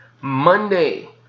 Monday